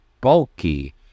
bulky